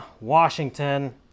Washington